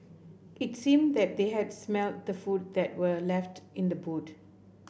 it seemed that they had smelt the food that were left in the boot